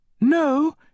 No